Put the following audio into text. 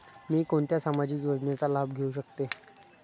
मी कोणत्या सामाजिक योजनेचा लाभ घेऊ शकते?